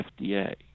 FDA